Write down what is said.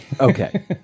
Okay